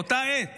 באותה העת